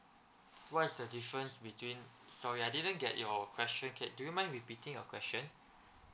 what is the difference between sorry I didn't get your question can do you mind repeating your question